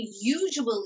usually